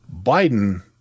Biden